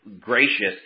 gracious